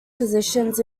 positions